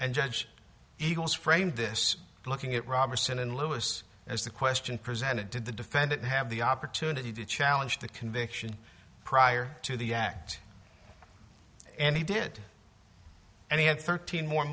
and judge eagles framed this looking at roberson and lewis as the question presented to the defendant have the opportunity to challenge the conviction prior to the act and he did and he had thirteen more